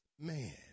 man